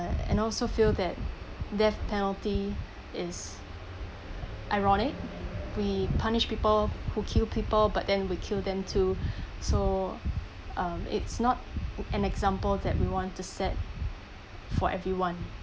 and also feel that death penalty is ironic we punish people who kill people but then we kill them too so um it's not an example that we want to set for everyone